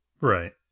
Right